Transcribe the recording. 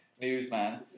Newsman